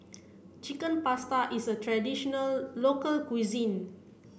Chicken Pasta is a traditional local cuisine